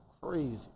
crazy